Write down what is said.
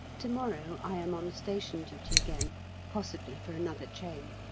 to-morrow i am on station duty again possibly for another train.